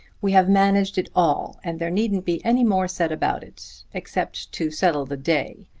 we have managed it all, and there needn't be any more said about it except to settle the day.